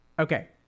Okay